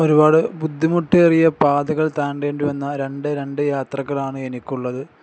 ഒരുപാട് ബുദ്ധിമുട്ടേറിയ പാതകൾ താണ്ടേണ്ടി വന്ന രണ്ട് രണ്ട് യാത്രകളാണ് എനിക്ക് ഉള്ളത്